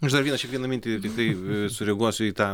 aš dar vieną čia vieną mintį tiktai sureaguosiu į tą